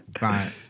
Right